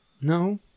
no